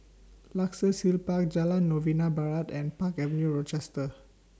Luxus Hill Park Jalan Novena Barat and Park Avenue Rochester